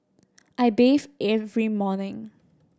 I bathe every morning